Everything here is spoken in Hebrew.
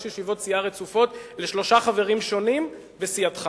ישיבות סיעה רצופות לשלושה חברים שונים בסיעתך.